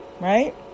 right